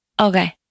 Okay